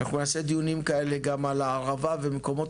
אנחנו נעשה דיוני כאלה גם על הערבה ומקומות